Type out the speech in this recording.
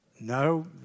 No